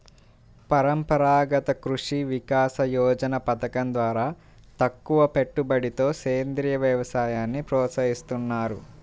పరంపరాగత కృషి వికాస యోజన పథకం ద్వారా తక్కువపెట్టుబడితో సేంద్రీయ వ్యవసాయాన్ని ప్రోత్సహిస్తున్నారు